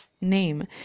name